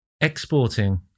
Exporting